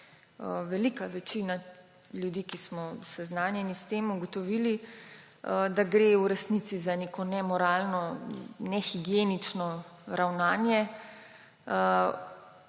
velika večina ljudi, ki smo seznanjeni s tem, ugotovila, da gre v resnici za neko nemoralno, nehigienično ravnanje,